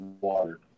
water